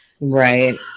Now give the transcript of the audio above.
Right